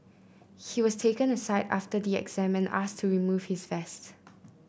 he was taken aside after the exam and asked to remove his vest